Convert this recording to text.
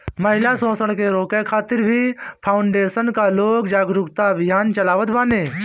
महिला शोषण के रोके खातिर भी फाउंडेशन कअ लोग जागरूकता अभियान चलावत बाने